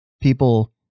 people